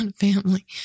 family